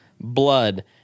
blood